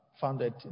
founded